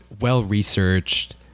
well-researched